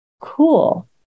cool